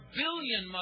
billion